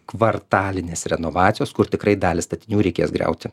kvartalinės renovacijos kur tikrai dalį statinių reikės griauti